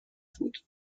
بود